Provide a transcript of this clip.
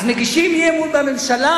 אז מגישים הצעת אי-אמון בממשלה?